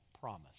promise